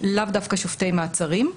ולאו דווקא שופטי מעצרים.